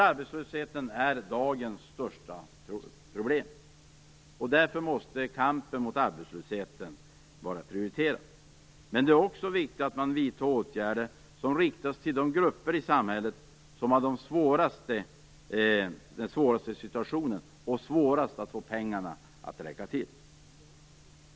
Arbetslösheten är dagens största problem. Därför måste kampen mot arbetslösheten vara prioriterad. Men det är också viktigt att åtgärderna riktar sig till de grupper som har den svåraste situationen och som har det svårast att få pengarna att räcka till.